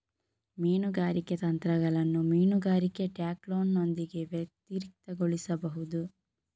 ಮೀನುಗಾರಿಕೆ ತಂತ್ರಗಳನ್ನು ಮೀನುಗಾರಿಕೆ ಟ್ಯಾಕ್ಲೋನೊಂದಿಗೆ ವ್ಯತಿರಿಕ್ತಗೊಳಿಸಬಹುದು